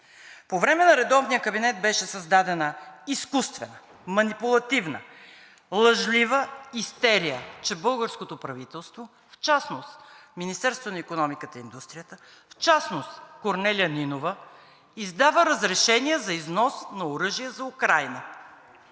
по време на редовния кабинет беше създадена изкуствена, манипулативна, лъжлива истерия, че българското правителство, в частност Министерството на икономиката и индустрията, в частност Корнелия Нинова издава разрешения за износ на оръжие за Украйна,